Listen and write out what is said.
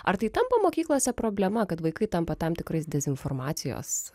ar tai tampa mokyklose problema kad vaikai tampa tam tikrais dezinformacijos